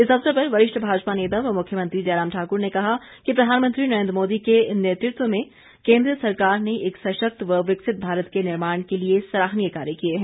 इस अवसर पर वरिष्ठ भाजपा नेता व मुख्यमंत्री जयराम ठाकुर ने कहा कि प्रधानमंत्री नरेंद्र मोदी के नेतृत्व में केंद्र सरकार ने एक सशक्त व विकसित भारत के निर्माण के लिए सराहनीय कार्य किए है